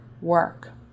work